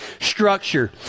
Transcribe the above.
structure